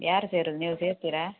ಯಾರು ಸೇರೋದು ನೀವು ಸೇರ್ತಿರಾ